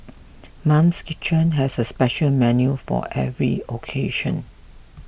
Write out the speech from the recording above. Mum's Kitchen has a special menu for every occasion